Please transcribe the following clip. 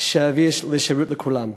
שיביא שירות לכולם.